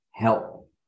Help